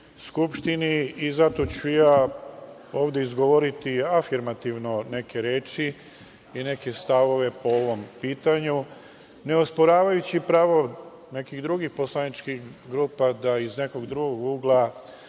i zato ću ovde izgovoriti afirmativno neke reči i neke stavove po ovom pitanju, ne osporavajući pravo nekih drugih poslaničkih grupa da iz nekog drugog ugla